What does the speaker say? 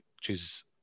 jesus